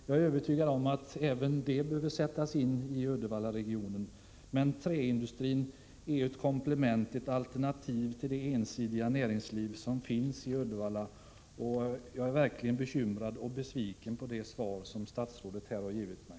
Jag är övertygad om att även sådana behöver sättas in i Uddevallaregionen, men träindustrin är ett komplement, och ett alternativ, till det ensidiga näringsliv som finns i Uddevalla. Jag är verkligen bekymrad, och jag är besviken på det svar som statsrådet här har gett mig.